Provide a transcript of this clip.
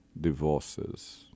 divorces